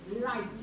light